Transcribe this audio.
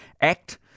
ACT